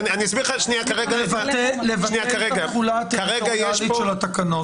אני אסביר לך שנייה כרגע -- לבטא את התחולה הטריטוריאלית של התקנות.